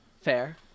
Fair